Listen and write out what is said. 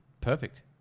Perfect